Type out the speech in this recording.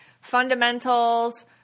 fundamentals